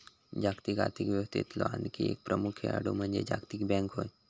जागतिक आर्थिक व्यवस्थेतलो आणखी एक प्रमुख खेळाडू म्हणजे जागतिक बँक होय